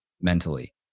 mentally